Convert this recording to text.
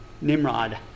Nimrod